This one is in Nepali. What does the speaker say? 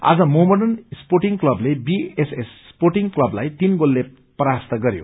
आज मोहम्मडन स्पोर्टिंग क्वलले बीएसएस स्पोर्टिंग क्वललाई तीन गोलले परास्त गरयो